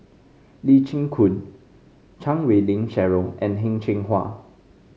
Lee Chin Koon Chan Wei Ling Cheryl and Heng Cheng Hwa